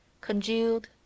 congealed